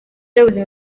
y’ubuzima